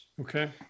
okay